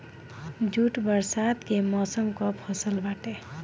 jute बरसात के मौसम कअ फसल बाटे